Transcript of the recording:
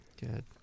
Good